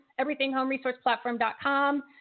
everythinghomeresourceplatform.com